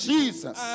Jesus